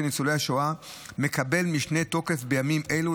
ניצולי השואה מקבל משנה תוקף בימים אלו,